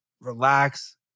relax